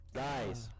guys